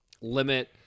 limit